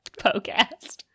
podcast